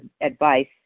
advice